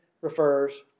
refers